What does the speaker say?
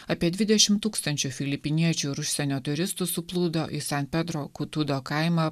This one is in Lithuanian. apie dvidešimt tūkstančių filipiniečių ir užsienio turistų suplūdo į san pedro kutudo kaimą